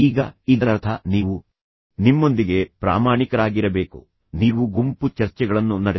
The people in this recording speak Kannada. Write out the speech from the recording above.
ಈಗ ಇದರರ್ಥ ನೀವು ನಿಮ್ಮೊಂದಿಗೆ ಪ್ರಾಮಾಣಿಕರಾಗಿರಬೇಕು ನೀವು ಗುಂಪು ಚರ್ಚೆಗಳನ್ನು ನಡೆಸಬಹುದು